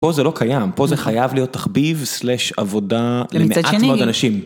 פה זה לא קיים, פה זה חייב להיות תחביב סלאש עבודה למעט מאוד אנשים.